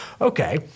Okay